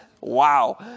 Wow